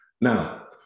Now